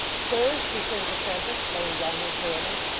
sir, returned the prentice, laying down his hammer,